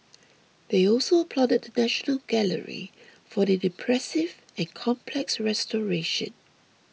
they also applauded the National Gallery for an impressive and complex restoration